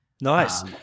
Nice